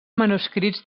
manuscrits